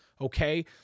okay